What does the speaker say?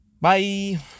Bye